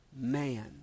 man